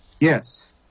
Yes